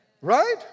Right